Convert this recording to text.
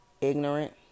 ignorant